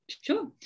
Sure